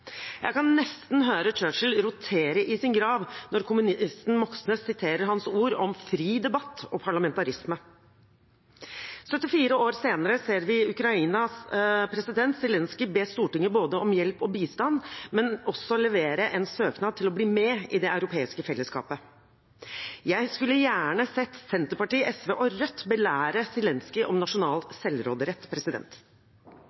Jeg kan nesten høre Churchill rotere i sin grav når kommunisten Moxnes siterer hans ord om fri debatt og parlamentarisme. 74 år senere ser vi Ukrainas president Zelenskyj både be Stortinget om hjelp og bistand og også levere en søknad om å bli med i det europeiske fellesskapet. Jeg skulle gjerne sett Senterpartiet, SV og Rødt belære Zelenskyj om